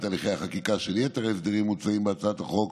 הליכי החקיקה של יתר ההסדרים המוצעים בהצעת החוק,